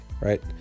right